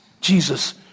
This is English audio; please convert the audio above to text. Jesus